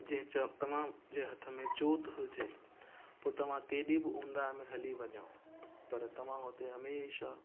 जे चओ तव्हांजे हथ में जोति हुजे पोइ तव्हां केॾी बि उंधए में हली वञो पर तव्हां उते हमेशह